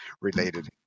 related